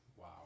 Wow